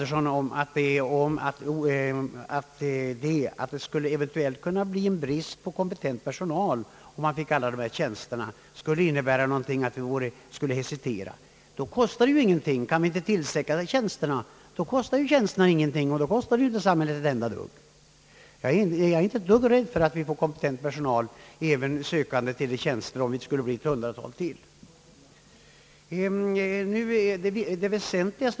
Däremot kan jag inte hålla med herr Birger Andersson om att det skulle kunna uppstå brist på kompetent personal, om alla dessa lediga tjänster tillsattes, och att det är därför man hesiterar. Skulle tjänsterna ej kunna tillsättas, kostar det ju ej samhället något. Men jag rädes för att vi inte skulle få kompetent personal, även om ytterligare ett hundratal tjänster inrättades.